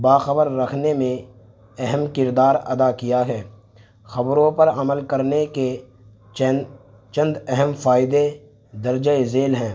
باخبر رکھنے میں اہم کردار ادا کیا ہے خبروں پر عمل کرنے کے چند اہم فائدے درج ذیل ہیں